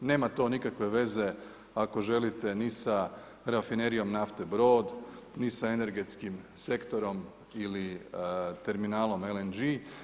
Nema to nikakve veze ako želite ni sa Rafinerijom nafte Brod, ni sa energetskim sektorom ili terminalom LNG.